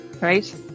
Right